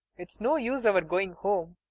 it's no use our going home.